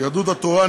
יהדות התורה,